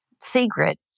secret